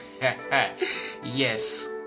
yes